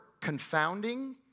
confounding